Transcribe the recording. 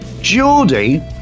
Geordie